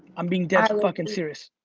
i'm being dead fucking serious.